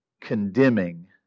Condemning